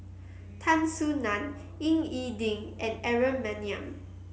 Tan Soo Nan Ying E Ding and Aaron Maniam